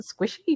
squishy